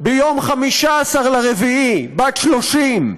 ב-15 באפריל, בת 30,